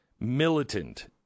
militant